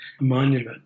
monument